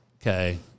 Okay